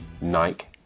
Nike